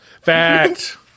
Fact